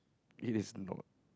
it is not